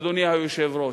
אדוני היושב-ראש.